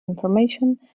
information